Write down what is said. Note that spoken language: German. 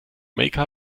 make